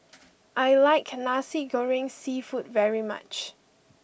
I like Nasi Goreng Seafood very much